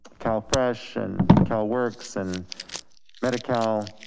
calfresh and calworks and medi-cal.